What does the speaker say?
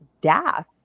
death